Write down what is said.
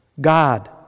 God